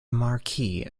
marquis